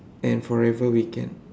and forever we can